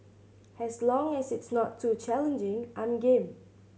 as long as it's not too challenging I'm game